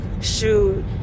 shoot